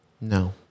No